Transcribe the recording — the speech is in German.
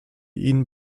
ihn